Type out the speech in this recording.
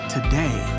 Today